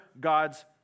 God's